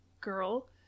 girl